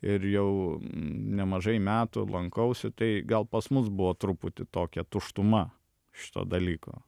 ir jau nemažai metų lankausi tai gal pas mus buvo truputį tokia tuštuma šito dalyko